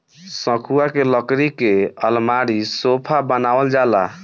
सखुआ के लकड़ी के अलमारी, सोफा बनावल जाला